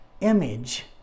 image